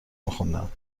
میخوندم